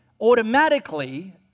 automatically